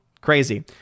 crazy